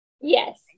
Yes